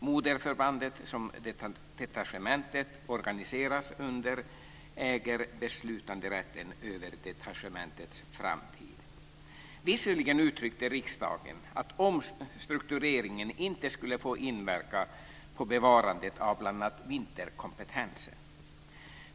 Moderförbandet som detachementet organiseras under äger beslutanderätten över detachementets framtid. Visserligen uttryckte riksdagen att omstruktureringen inte skulle få inverka på bevarandet av bl.a. vinterkompetensen.